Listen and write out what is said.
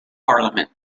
parliament